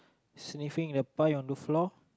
sniffing in the pie on the floor